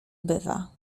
bywa